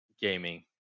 gaming